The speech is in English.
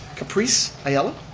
caprice ayello?